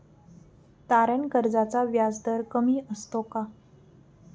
तारण कर्जाचा व्याजदर कमी असतो का?